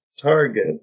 target